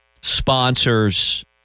sponsors